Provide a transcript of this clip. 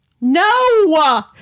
No